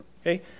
Okay